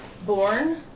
Born